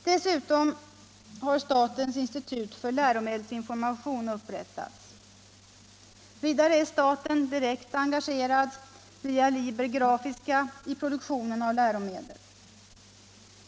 Dessutom har statens institut för läromedelsinformation upprättats. Vidare är staten direkt engagerad via Liber Grafiska AB i produktionen av läromedel.